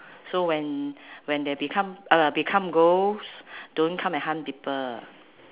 so when when they become uh become ghost don't come and hunt people